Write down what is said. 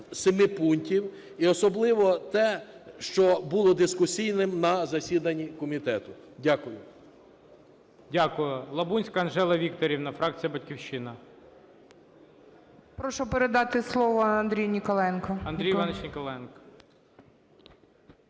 семи пунктів, і особливо те, що було дискусійним на засіданні комітету. Дякую.